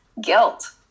guilt